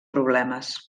problemes